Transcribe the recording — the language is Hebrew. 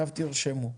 עכשיו תרשמו,